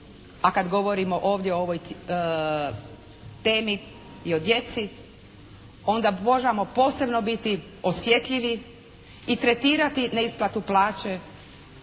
a kad govorimo ovdje o ovoj temi i o djeci onda možemo posebno biti osjetljivi i tretirati neisplatu plaće,